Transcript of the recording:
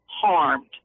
harmed